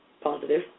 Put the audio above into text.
positive